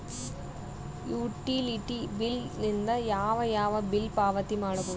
Utility bill ದಿಂದ ಯಾವ ಯಾವ ಬಿಲ್ ಪಾವತಿ ಮಾಡಬಹುದು?